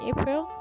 April